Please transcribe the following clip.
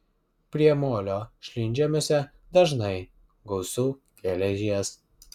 priemolio šlynžemiuose dažnai gausu geležies